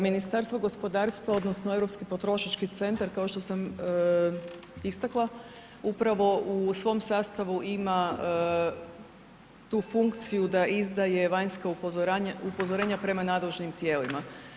Ministarstvo gospodarstva odnosno Europski potrošački centar kao što sam istakla upravo u svom sastavu ima tu funkciju da izdaje vanjsko upozorenje prema nadležnim tijelima.